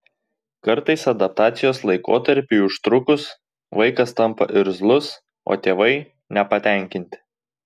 kartais adaptacijos laikotarpiui užtrukus vaikas tampa irzlus o tėvai nepatenkinti